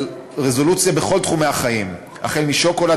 הרזולוציה שעליה אנחנו מדברים: החל בשוקולד,